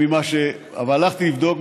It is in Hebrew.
אבל הלכתי לבדוק,